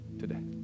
today